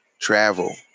travel